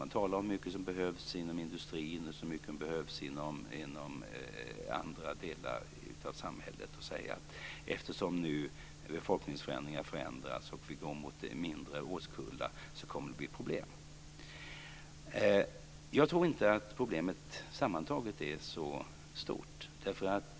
Man talar om hur mycket som behövs inom industrin och inom andra delar av samhället, och säger att eftersom befolkningen förändras och vi går mot mindre årskullar så kommer det att bli problem. Jag tror inte att problemet sammantaget är så stort.